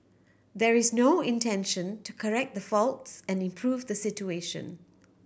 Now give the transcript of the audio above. there is no intention to correct the faults and improve the situation